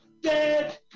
Dead